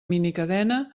minicadena